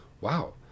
wow